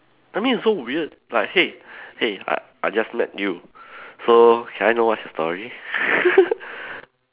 I mean it's so weird like hey hey I I just met you so can I know what's your story